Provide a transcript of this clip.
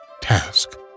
task